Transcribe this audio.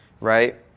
right